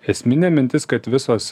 esminė mintis kad visos